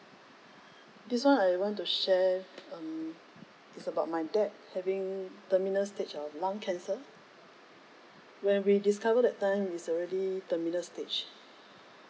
this one I want to share um is about my dad having terminal stage of lung cancer when we discovered that time is already terminal stage